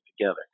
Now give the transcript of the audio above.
together